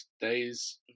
days